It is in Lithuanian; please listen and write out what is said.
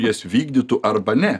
jas vykdytų arba ne